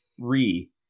three